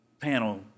panel